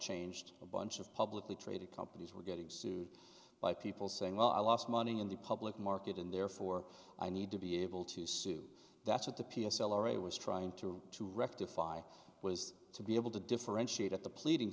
changed a bunch of publicly traded companies were getting sued by people saying well i lost money in the public market in therefore i need to be able to sue that's what the p s l already was trying to to rectify was to be able to differentiate at the pleading